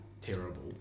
terrible